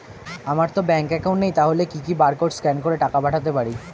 আমারতো bank account নেই তাহলে কি কি বারকোড স্ক্যান করে টাকা পাঠাতে পারি?